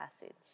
passage